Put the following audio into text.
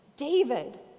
David